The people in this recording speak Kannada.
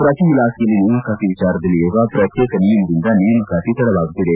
ಪ್ರತಿ ಇಲಾಖೆಯಲ್ಲಿ ನೇಮಕಾತಿ ವಿಚಾರದಲ್ಲಿ ಇರುವ ಪ್ರತ್ನೇಕ ನಿಯಮದಿಂದ ನೇಮಕಾತಿ ತಡವಾಗುತ್ತಿದೆ